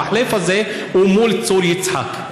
המחלף הזה הוא מול צור יצחק.